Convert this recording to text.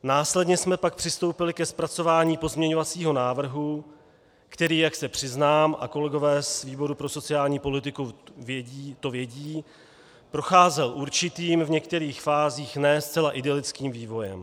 Následně jsme pak přistoupili ke zpracování pozměňovacího návrhu, který, jak se přiznám, a kolegové z výboru pro sociální politiku to vědí, procházel určitým, v některých fázích ne zcela idylickým vývojem.